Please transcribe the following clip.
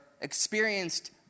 experienced